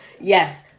Yes